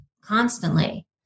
constantly